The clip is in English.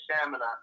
stamina